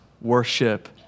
worship